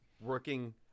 working